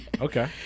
Okay